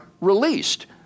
released